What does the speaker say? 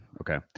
Okay